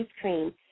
cream